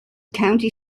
county